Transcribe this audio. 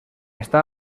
està